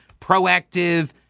proactive